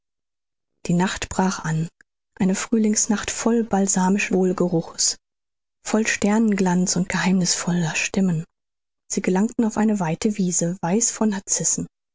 die nacht brach an eine frühlingsnacht voll balsamischen wohlgeruches voll sternenglanz und geheimnisvoller stimmen sie gelangten auf eine weite wiese weiß von